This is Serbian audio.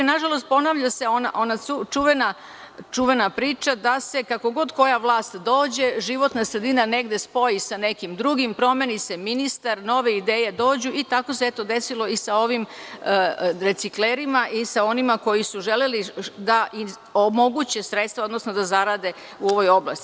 Nažalost, ponavlja se ona čuvena priča da se, kako god koja vlast dođe, životna sredina negde spoji sa nekim drugim, promeni se ministar, nove ideje dođu i tako se eto desilo i sa ovim reciklerima i sa onima koji su želeli da omoguće sredstva, odnosno da zarade u ovoj oblasti.